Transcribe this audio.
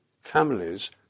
families